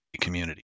community